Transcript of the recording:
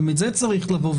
גם את זה צריך לומר.